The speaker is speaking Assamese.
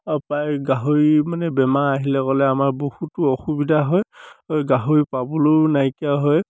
আৰু প্ৰায় গাহৰি মানে বেমাৰ আহিলে গ'লে আমাৰ বহুতো অসুবিধা হয় গাহৰি পাবলৈয়ো নাইকিয়া হয়